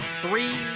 Three